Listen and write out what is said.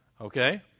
Okay